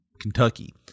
Kentucky